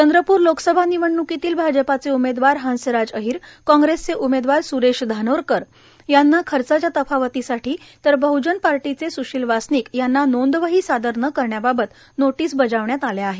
चंद्रप्र लोकसभा निवडण्कीतील भाजपाचे उमदेवार हंसराज अहीर कॉग्रेसचे उमेदवार स्रेश धानोरकर यांना खर्चाच्या तफावतीसाठी तर बहजन पार्टीचे स्शील वासनिक यांना नोंदवही सादर न करण्याबाबत नोटीस बजावण्यात आल्या आहेत